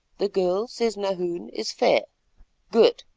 the girl, says nahoon, is fair good,